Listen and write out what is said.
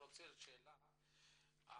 מה